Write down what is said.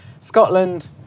Scotland